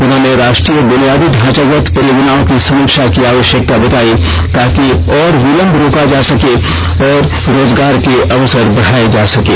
उन्होंने राष्ट्रीय बुनियादी ढांचागत परियोजनाओं की समीक्षा की आवश्यकता बताई ताकि और विलम्ब रोका जा सके और रोजगार के अवसर बढाए जा सकें